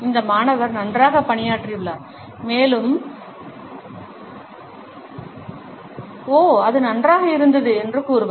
இந்த மாணவர் நன்றாகப் பணியாற்றியுள்ளார் மேலும் ஓ அது நன்றாக இருந்தது என்று கூறுவார்